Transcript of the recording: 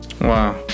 Wow